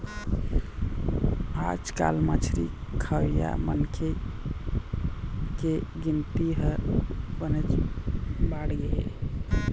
आजकाल मछरी खवइया मनखे के गिनती ह बनेच बाढ़गे हे